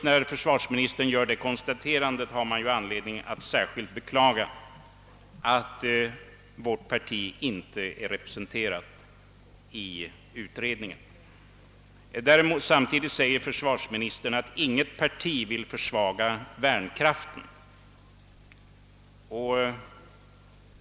När försvarsministern gör ovannämnda konstaterande, har man ju anledning att beklaga att vårt parti inte är representerat i utredningen. Vidare säger försvarsministern att inget parti vill försvaga värnkraften.